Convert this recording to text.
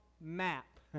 map